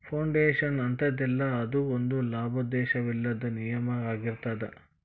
foundation ಅಂತದಲ್ಲಾ, ಅದು ಒಂದ ಲಾಭೋದ್ದೇಶವಿಲ್ಲದ್ ನಿಗಮಾಅಗಿರ್ತದ